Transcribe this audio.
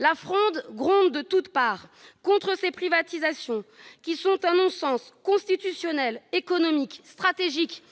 La fronde gronde de toute part contre ces privatisations, qui sont un non-sens constitutionnel, économique, stratégique,